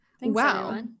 Wow